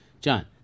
John